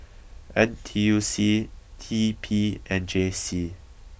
N T U C T P and J C